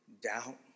doubt